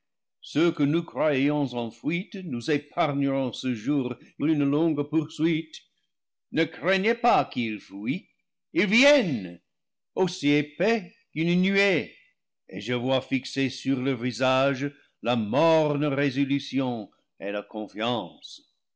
ceux que nous croyions en fuite nous épargne ront ce jour une longue poursuite ne craignez pas qu'ils fuient ils viennent aussi épais qu'une nuée et je voix fixée sur leur visage la morne résolution et la confiance